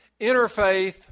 interfaith